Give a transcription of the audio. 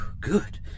good